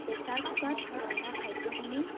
pressure কুকাৰত ৰন্ধা খাদ্যসমূহ